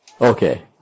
Okay